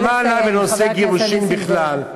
ומה לה ולנושא גירושים בכלל?